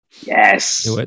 Yes